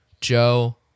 Joe